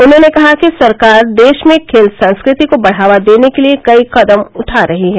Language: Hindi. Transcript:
उन्होंने कहा कि सरकार देश में खेल संस्कृ ति को बढ़ावा देने के लिये कई कदम उठा रही है